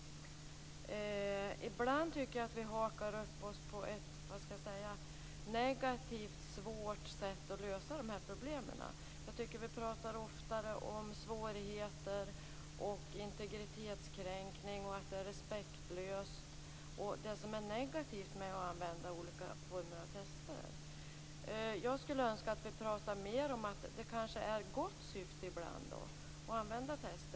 Ibland tycker jag att vi hakar upp oss på ett negativt och svårt sätt att lösa problemen. Jag tycker att vi oftare pratar om svårigheter, om integritetskränkning, om att det är respektlöst och om det som är negativt med att använda olika former av test. Jag skulle önska att vi pratade mer om att det ibland kanske har ett gott syfte att använda test.